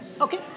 Okay